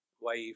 Wife